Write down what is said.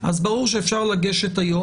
אז ברור שאפשר לגשת היום,